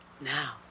Now